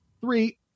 Three